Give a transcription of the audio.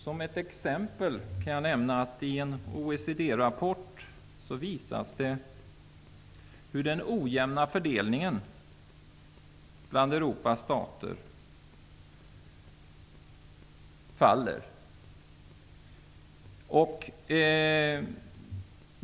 Som ett exempel kan jag nämna att man i en OECD-rapport visar på den ojämna fördelningen bland Europas stater.